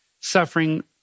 suffering